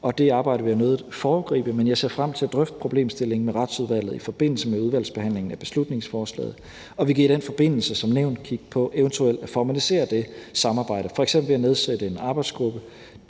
det arbejde vil jeg nødig foregribe, men jeg ser frem til at drøfte problemstillingen med Retsudvalget i forbindelse med udvalgsbehandlingen af beslutningsforslaget, og vi kan i den forbindelse som nævnt kigge på eventuelt at formalisere det samarbejde, f.eks. ved at nedsætte en arbejdsgruppe.